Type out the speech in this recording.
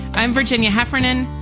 i'm virginia heffernan.